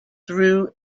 through